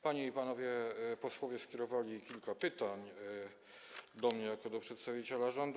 Panie i panowie posłowie skierowali kilka pytań do mnie jako przedstawiciela rządu.